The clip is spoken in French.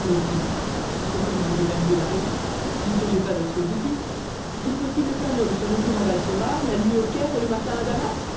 mon fils il faut que vous ayez perdu la raison vous ne songez pas à ce que vous dites est-il possible qu'un homme soit le jour à balsora la nuit au caire et le matin à damas